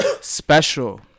special